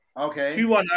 Okay